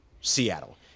seattle